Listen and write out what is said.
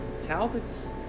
Talbot's